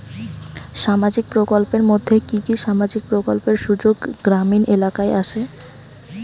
সামাজিক প্রকল্পের মধ্যে কি কি সামাজিক প্রকল্পের সুযোগ গ্রামীণ এলাকায় আসে?